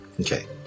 Okay